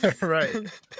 Right